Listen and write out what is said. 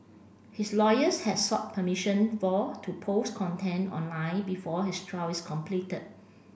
his lawyers had sought permission for to post content online before his trial is completed